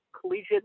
collegiate